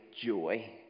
joy